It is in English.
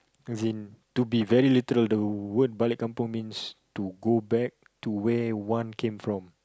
as in to be very literal the word balik kampung means to go back to where one came from